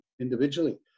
individually